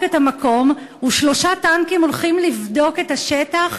את המקום ושלושה טנקים הולכים לבדוק" את השטח.